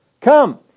Come